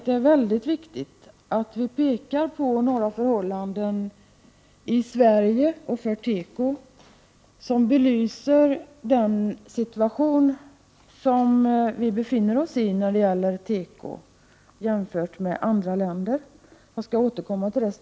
Det är väldigt viktigt att vi framhåller några förhållanden i Sverige som belyser situationen på tekoområdet och jämför dem med hur det är i andra länder. Jag skall strax återkomma till detta.